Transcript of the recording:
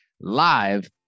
live